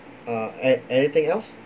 uh an~ anything else